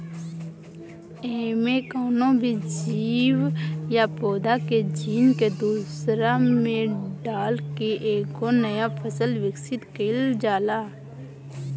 एमे कवनो भी जीव या पौधा के जीन के दूसरा में डाल के एगो नया फसल विकसित कईल जाला